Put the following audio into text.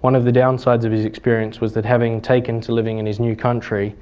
one of the downsides of his experience was that having taken to living in his new country